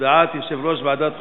הודעת יושב-ראש ועדת החוקה,